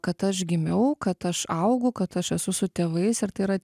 kad aš gimiau kad aš augau kad aš esu su tėvais ir tai yra